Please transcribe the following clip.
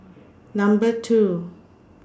Number two